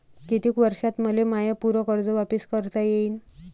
कितीक वर्षात मले माय पूर कर्ज वापिस करता येईन?